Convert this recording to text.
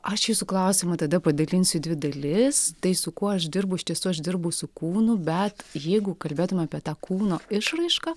aš jūsų klausimą tada padalinsiu į dvi dalis tai su kuo aš dirbu iš tiesų aš dirbu su kūnu bet jeigu kalbėtume apie tą kūno išraišką